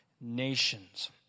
nations